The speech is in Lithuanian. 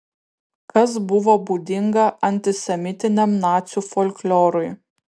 kas buvo būdinga antisemitiniam nacių folklorui